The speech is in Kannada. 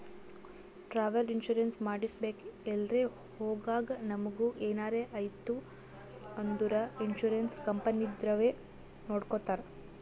ಟ್ರಾವೆಲ್ ಇನ್ಸೂರೆನ್ಸ್ ಮಾಡಿಸ್ಬೇಕ್ ಎಲ್ರೆ ಹೊಗಾಗ್ ನಮುಗ ಎನಾರೆ ಐಯ್ತ ಅಂದುರ್ ಇನ್ಸೂರೆನ್ಸ್ ಕಂಪನಿದವ್ರೆ ನೊಡ್ಕೊತ್ತಾರ್